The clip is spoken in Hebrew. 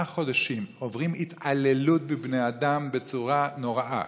חודשים עוברים התעללות בבני אדם בצורה נוראה.